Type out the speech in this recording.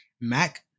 mac